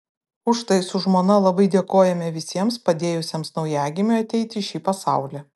už tai su žmona labai dėkojame visiems padėjusiems naujagimiui ateiti į šį pasaulį